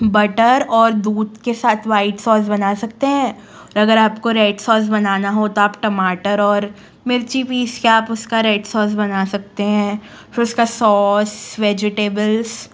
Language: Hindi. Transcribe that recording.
बटर और दूध के साथ वाइट सॉस बना सकते हैं अगर आपको रेड सॉस बनाना हो तो आप टमाटर और मिर्ची पीस के आप उसका रेड सॉस बना सकते हैं फिर उसका सौस वेजिटेबल्स